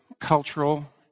cultural